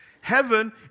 Heaven